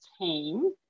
team